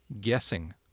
guessing